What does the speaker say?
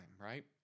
right